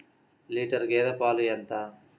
Litre గేదె పాలు ఎంత?